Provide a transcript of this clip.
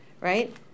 right